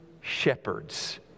shepherds